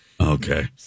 Okay